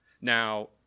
Now